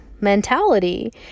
mentality